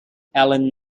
allan